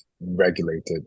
regulated